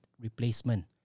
replacement